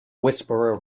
whisperer